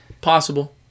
possible